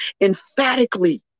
emphatically